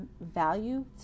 value